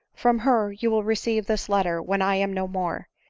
from her you will receive this letter when i am no more,